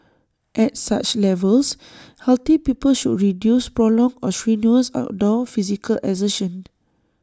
at such levels healthy people should reduce prolonged or strenuous outdoor physical exertion